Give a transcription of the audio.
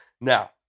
Now